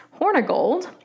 Hornigold